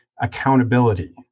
accountability